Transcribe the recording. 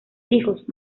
hijos